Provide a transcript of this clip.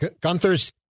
Gunther's